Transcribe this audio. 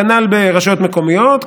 כנ"ל ברשויות מקומיות,